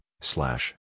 slash